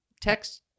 text